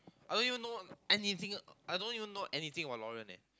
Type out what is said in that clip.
I don't even know I don't even know anything about Lauren leh